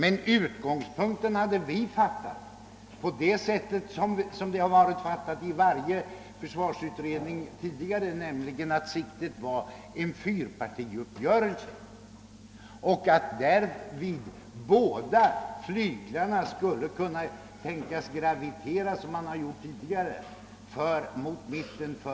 Vi hade trott att avsikten med dessa förhandlingar liksom med varje tidigare försvarsutredning varit att åstad komma en fyrpartiuppgörelse, varvid de båda flyglarna liksom tidigare skulle kunna tänkas gravitera mot mitten.